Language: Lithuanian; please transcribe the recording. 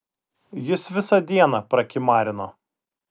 jis visą dieną prakimarino